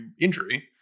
injury